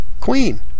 queen